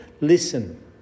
listen